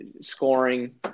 scoring